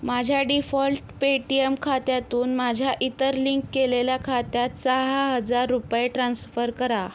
माझ्या default Paytm खात्यातून माझ्या इतर लिंक केलेल्या खात्यात सहा हजार रुपये ट्रान्स्फर करा